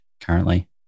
currently